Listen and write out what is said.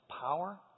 power